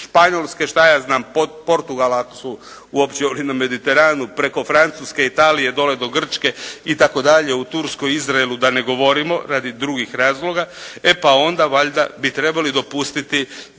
Španjolske, šta ja znam, Portugala ako su uopće na Mediteranu preko Francuske, Italije, dolje do Grčke i tako dalje, o Turskoj i Izraelu da ne govorimo radi drugih razloga. E pa onda valjda bi trebali dopustiti